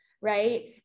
right